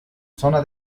zona